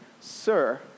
Sir